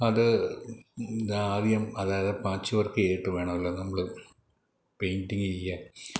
അത് ധാവീയം അതായത് പാച്ച് വർക്ക് ചെയ്തിട്ട് വേണമല്ലോ നമ്മൾ പെയ്ൻ്റിങ്ങ് ചെയ്യാൻ